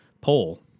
poll